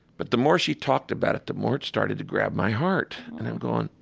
but the more she talked about it, the more it started to grab my heart. and i'm going,